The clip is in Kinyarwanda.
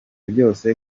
byose